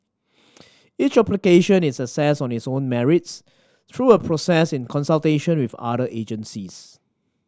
each application is assessed on its own merits through a process in consultation with other agencies